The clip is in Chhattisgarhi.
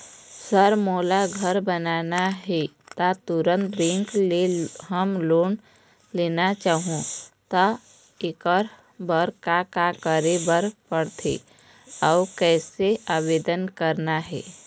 सर मोला घर बनाना हे ता तुंहर बैंक ले होम लोन लेना चाहूँ ता एकर बर का का करे बर पड़थे अउ कइसे आवेदन करना हे?